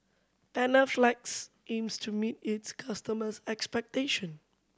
Panaflex aims to meet its customers' expectation